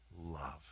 love